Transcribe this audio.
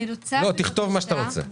לא, תכתוב מה שאתה רוצה.